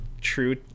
true